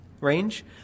range